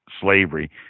slavery